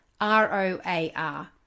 R-O-A-R